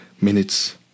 minutes